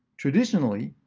traditionally,